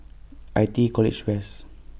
I T E College West